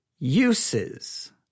uses